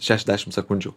šešiasdešimt sekundžių